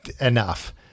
Enough